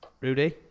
Rudy